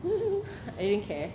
I didn't care